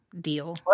deal